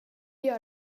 gör